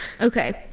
okay